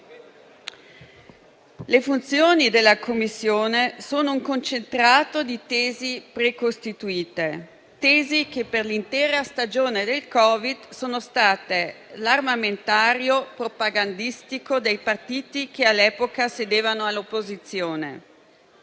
Le funzioni della Commissione sono un concentrato di tesi precostituite, tesi che per l'intera stagione del Covid sono state l'armamentario propagandistico dei partiti che all'epoca sedevano all'opposizione.